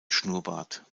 schnurrbart